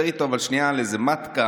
אבל אתה מדבר איתו שנייה על איזו מטקה